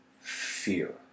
fear